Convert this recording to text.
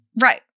Right